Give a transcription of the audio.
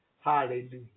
Hallelujah